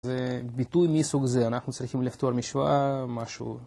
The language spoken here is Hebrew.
זה ביטוי מסוג זה, אנחנו צריכים לפתור משוואה, משהו...